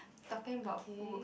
talking about food